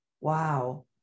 Wow